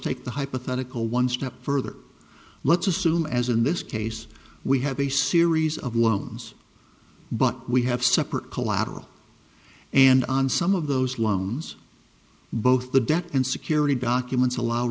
take the hypothetical one step further let's assume as in this case we have a series of ones but we have separate collateral and on some of those loans both the debt and security documents allow